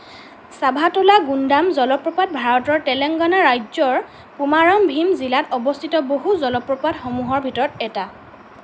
চাভাতুলা গুণ্ডাম জলপ্ৰপাত ভাৰতৰ তেলেংগানা ৰাজ্যৰ কোমাৰাম ভীম জিলাত অৱস্থিত বহু জলপ্ৰপাতসমূহৰ ভিতৰত এটা